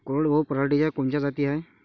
कोरडवाहू पराटीच्या कोनच्या जाती हाये?